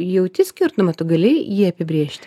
jauti skirtumą tu gali jį apibrėžti